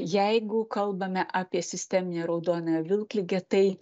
jeigu kalbame apie sisteminę raudonąja vilkligę tai